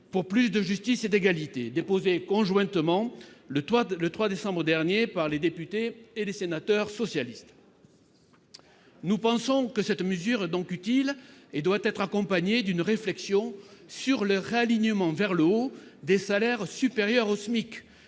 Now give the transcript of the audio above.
pour plus de justice et d'égalité, déposée le 3 décembre dernier par les députés et les sénateurs socialistes afin de sortir de la crise. Nous pensons que cette mesure est utile et doit être accompagnée d'une réflexion sur le réalignement vers le haut des salaires supérieurs au SMIC.